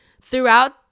throughout